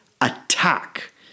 attack